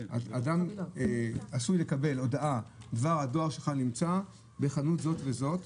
אדם עשוי לקבל הודעה: דבר הדואר שלך נמצא בחנות זו וזו.